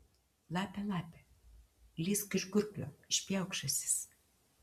lape lape lįsk iš gurklio išpjauk žąsis